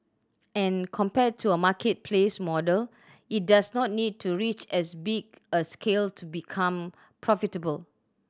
and compared to a marketplace model it does not need to reach as big a scale to become profitable